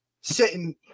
sitting